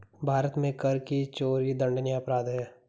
भारत में कर की चोरी दंडनीय अपराध है